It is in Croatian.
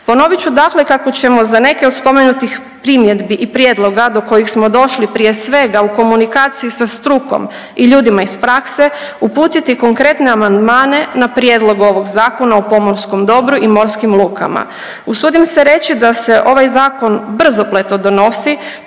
Ponovit ću dakle kako ćemo za neke od spomenutih primjedbi i prijedloga do kojih smo došli prije svega u komunikaciji sa strukom i ljudima iz prakse uputiti konkretne amandmane na prijedlog ovog zakona o pomorskom dobru i morskim lukama. Usudim se reći da se ovaj zakon brzopleto donosi.